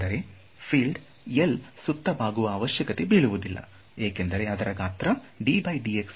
ಅಂದರೆ field L ಸುತ್ತ ಬಾಗುವ ಅವಶ್ಯಕತೆ ಬೀಳುವುದಿಲ್ಲ ಏಕೆಂದರೆ ಅದರ ಗಾತ್ರ ದೊಡ್ಡದು